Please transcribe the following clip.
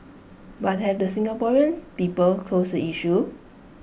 but have the Singaporean people closed the issue